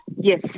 yes